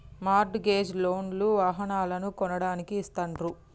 mart gauge loan లు వాహనాలను కొనడానికి ఇస్తాండ్రు